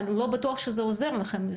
לא בטוח שזה עוזר לכם.